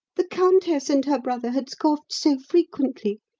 the countess and her brother had scoffed so frequently,